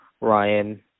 Ryan